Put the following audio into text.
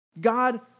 God